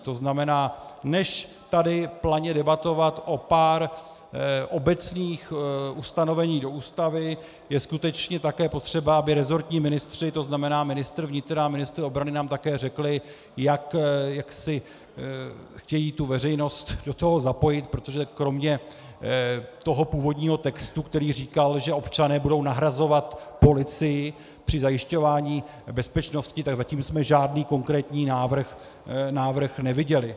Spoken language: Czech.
To znamená, než tady planě debatovat o pár obecných ustanoveních do Ústavy, je skutečně také potřeba, aby resortní ministři, to znamená ministr vnitra a ministr obrany, nám také řekli, jak chtějí veřejnost do toho zapojit, protože kromě původního textu, který říkal, že občané budou nahrazovat policii při zajišťování a bezpečnosti, tak zatím jsme žádný konkrétní návrh neviděli.